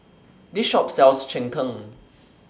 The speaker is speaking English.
This Shop sells Cheng Tng